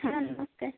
ହଁ ନମସ୍କାର